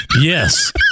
Yes